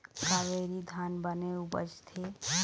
कावेरी धान बने उपजथे?